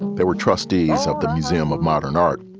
they were trustees of the museum of modern art.